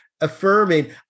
affirming